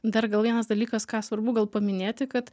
dar gal vienas dalykas ką svarbu gal paminėti kad